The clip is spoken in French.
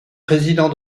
président